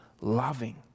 loving